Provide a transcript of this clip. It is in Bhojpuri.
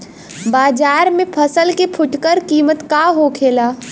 बाजार में फसल के फुटकर कीमत का होखेला?